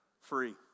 Free